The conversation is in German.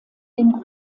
dem